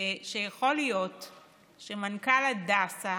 שיכול להיות שמנכ"ל הדסה